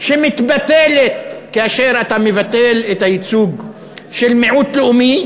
שמתבטלת כאשר אתה מבטל את הייצוג של מיעוט לאומי,